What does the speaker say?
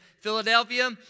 Philadelphia